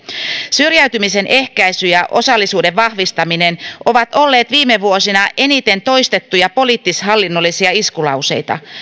syrjäytymisen ehkäisy ja osallisuuden vahvistaminen ovat olleet viime vuosina eniten toistettuja poliittishallinnollisia iskulauseita